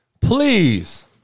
Please